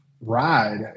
ride